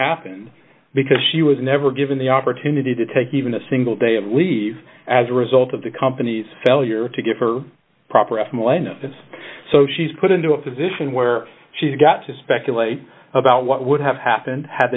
happened because she was never given the opportunity to take even a single day of leave as a result of the company's failure to give her a proper f millennia so she's put into a position where she's got to speculate about what would have happened had